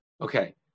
Okay